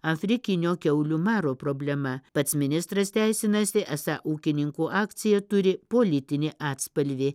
afrikinio kiaulių maro problema pats ministras teisinasi esą ūkininkų akcija turi politinį atspalvį